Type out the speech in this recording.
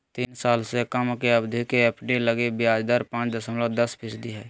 तीन साल से कम के अवधि के एफ.डी लगी ब्याज दर पांच दशमलब दस फीसदी हइ